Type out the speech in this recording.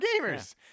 gamers